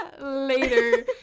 later